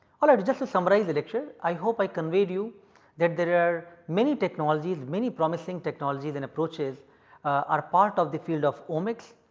like just to summarize the lecture i hope i conveyed you that there are many technologies many promising technologies and approaches are part of the field of omics.